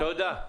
תודה.